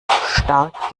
stark